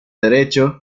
derecho